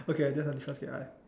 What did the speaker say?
okay then there is a difference